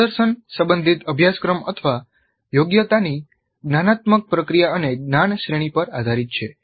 પ્રદર્શન સંબંધિત અભ્યાસક્રમ અથવા યોગ્યતાની જ્ઞાનાત્મક પ્રક્રિયા અને જ્ઞાન શ્રેણી પર આધારિત છે